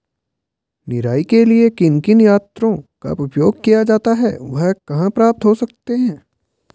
निराई के लिए किन किन यंत्रों का उपयोग किया जाता है वह कहाँ प्राप्त हो सकते हैं?